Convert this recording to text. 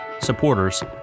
supporters